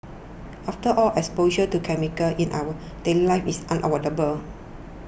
after all exposure to chemicals in our daily life is unavoidable